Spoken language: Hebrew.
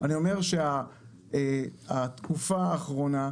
התקופה האחרונה,